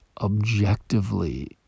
objectively